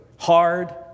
hard